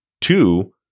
Two